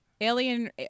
Alien